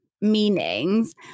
meanings